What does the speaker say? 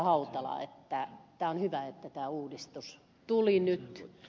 hautala että on hyvä että tämä uudistus tuli nyt